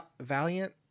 Valiant